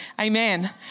Amen